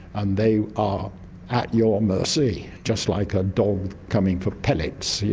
and they are at your mercy, just like a dog coming for pellets. yeah